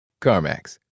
CarMax